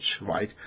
right